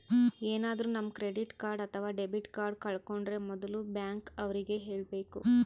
ಏನಾದ್ರೂ ನಮ್ credit card ಅಥವಾ ಡೆಬಿಟ್ ಕಾರ್ಡ್ ಕಳ್ಕೊಂಡ್ರೆ ಮೊದ್ಲು ಬ್ಯಾಂಕ್ ಅವ್ರಿಗೆ ಹೇಳ್ಬೇಕು